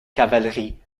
cavalerie